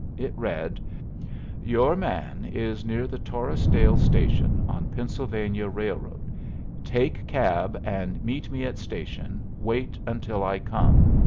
it read your man is near the torresdale station, on pennsylvania railroad take cab, and meet me at station. wait until i come.